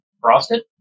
frosted